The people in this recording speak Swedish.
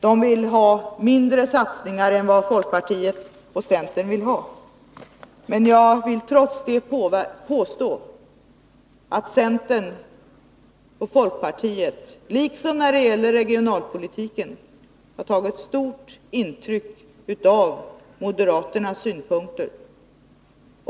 De vill ha mindre satsningar än folkpartiet och centern, men jag vill trots det påstå att centern och folkpartiet, liksom när det gäller regionalpolitiken, har tagit stort intryck av moderaternas synpunkter.